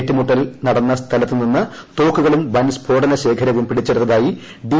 ഏറ്റുമുട്ടൽ സ്ഥലത്ത് നിന്ന് തോക്കുകളും വൻ സ്ഫോടന ശേഖരവും ് പിടിച്ചെടുത്തായി ഡി